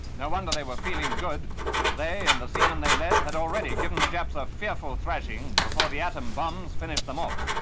no wonder they were feeling good, for they and the seamen they led had already given the japs a fearful thrashing before the atom bombs finished them off.